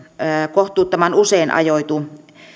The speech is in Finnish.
kohtuuttoman usein ajoitu